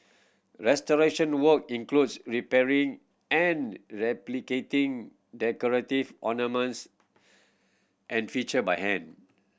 restoration work includes repairing and replicating decorative ornaments and feature by hand